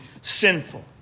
sinful